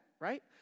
Right